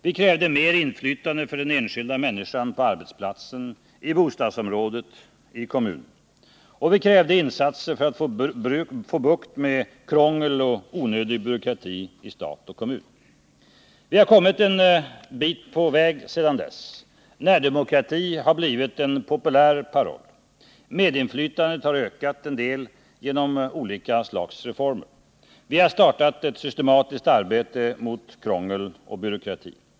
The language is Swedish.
Vi krävde mer inflytande för den enskilda människan på arbetsplatsen, i bostadsområdet, i kommunen. Vi krävde insatser för att få bukt med krångel och onödig byråkrati i stat och kommun. Vi har kommit en bit på väg sedan dess. Närdemokrati har blivit en populär paroll. Medinflytandet har ökat en del genom olika slags reformer. Vi har startat ett systematiskt arbete mot krångel och byråkrati.